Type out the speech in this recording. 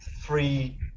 three